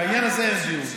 בעניין הזה אין דיון.